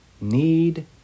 need